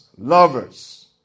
lovers